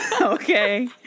Okay